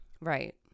right